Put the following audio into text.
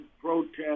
protest